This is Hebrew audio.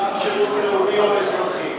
שירות לאומי-אזרחי.